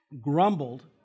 grumbled